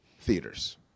theaters